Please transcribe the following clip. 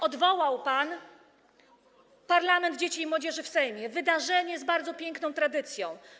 Odwołał pan parlament dzieci i młodzieży w Sejmie, wydarzenie z bardzo piękną tradycją.